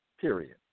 Period